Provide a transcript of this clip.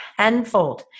Tenfold